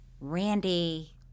Randy